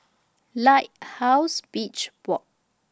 Lighthouse Beach Walk